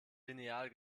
lineal